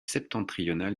septentrionale